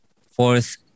fourth